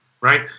Right